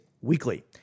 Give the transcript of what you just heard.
weekly